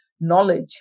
knowledge